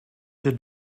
did